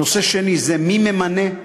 הנושא השני הוא מי ממנה,